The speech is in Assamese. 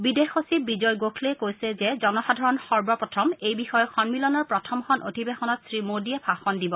বিদেশ সচিব বিজয় গোখলে কৈছে যে জনসাধাৰণ সৰ্বপ্ৰথম এই বিষয়ক সন্মিলনৰ প্ৰথমখন অধিৱেশনত শ্ৰীমোদীয়ে ভাষণ দিব